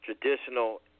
traditional